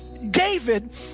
David